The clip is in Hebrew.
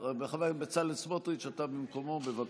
חבר הכנסת בצלאל סמוטריץ, אתה במקומו, בבקשה,